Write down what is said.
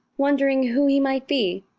wondering who he might be.